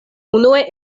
unue